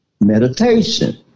meditation